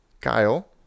Kyle